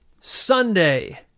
sunday